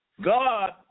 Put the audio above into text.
God